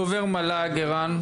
דובר מל"ג ערן.